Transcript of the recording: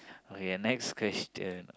okay next question